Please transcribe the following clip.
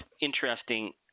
interesting